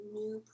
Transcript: new